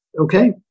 Okay